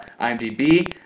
IMDb